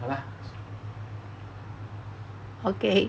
ya lah